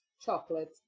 chocolate